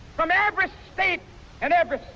from every state and every